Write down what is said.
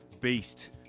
beast